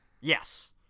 Yes